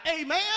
Amen